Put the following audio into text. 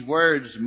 words